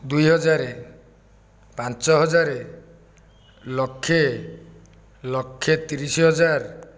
ଦୁଇହଜାର ପାଞ୍ଚହଜାର ଲକ୍ଷେ ଲକ୍ଷେ ତିରିଶହଜାର